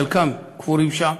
חלקם קבורים שם.